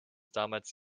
damals